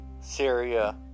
Syria